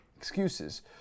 excuses